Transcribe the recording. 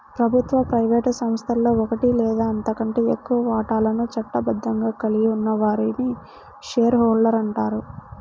ప్రభుత్వ, ప్రైవేట్ సంస్థలో ఒకటి లేదా అంతకంటే ఎక్కువ వాటాలను చట్టబద్ధంగా కలిగి ఉన్న వారిని షేర్ హోల్డర్ అంటారు